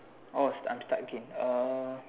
oh stuck I'm stuck again uh